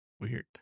Weird